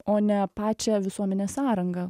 o ne pačią visuomenės sąrangą